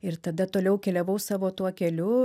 ir tada toliau keliavau savo tuo keliu